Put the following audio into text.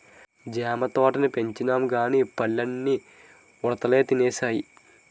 జామ తోటల్ని పెంచినంగానీ పండిన పల్లన్నీ ఉడతలే తినేస్తున్నాయి